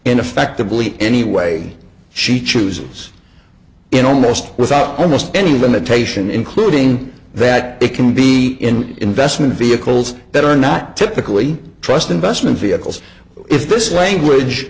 in effectively any way she chooses in almost without almost any limitation including that they can be in investment vehicles that are not typically trust investment vehicles but if this language